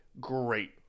great